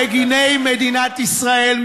מגיני מדינת ישראל,